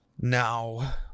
Now